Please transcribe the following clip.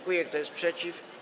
Kto jest przeciw?